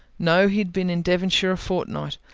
no, he had been in devonshire a fortnight.